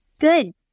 Good